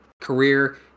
career